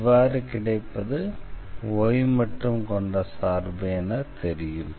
இவ்வாறு கிடைப்பது y மட்டும் கொண்ட சார்பு என தெரியும்